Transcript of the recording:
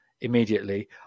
immediately